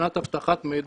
מבחינת אבטחת מידע